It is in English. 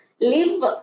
live